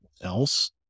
else